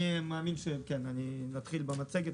אני אתחיל במצגת.